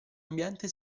ambiente